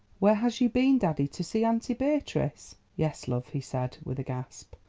where has you been, daddy to see auntie beatrice? yes, love, he said, with a gasp.